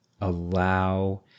allow